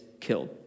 killed